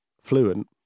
fluent